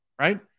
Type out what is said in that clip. right